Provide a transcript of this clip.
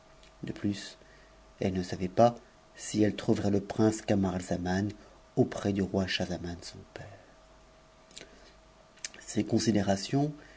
de ptus le ne savait pas si elle trouverait le prince camaralzaman auprès du roi fhahxaman son père s considérations